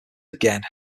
again